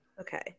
Okay